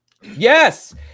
yes